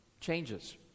changes